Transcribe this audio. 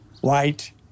white